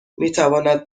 میتواند